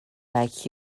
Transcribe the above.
like